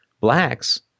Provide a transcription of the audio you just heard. Blacks